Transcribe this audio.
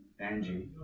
Angie